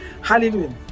hallelujah